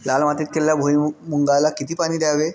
लाल मातीत केलेल्या भुईमूगाला किती पाणी द्यावे?